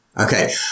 okay